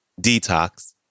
Detox